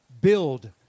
build